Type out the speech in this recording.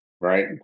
right